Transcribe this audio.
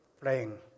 playing